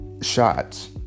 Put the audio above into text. shots